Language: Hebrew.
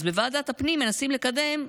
אז בוועדת הפנים מנסים לקדם,